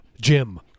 Jim